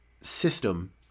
system